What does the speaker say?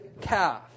calf